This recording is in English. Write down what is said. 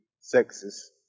sexes